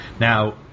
Now